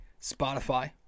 Spotify